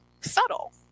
subtle